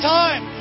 time